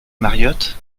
mariott